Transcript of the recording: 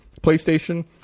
PlayStation